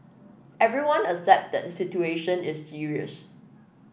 everyone accept that the situation is serious